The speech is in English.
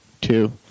two